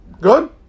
Good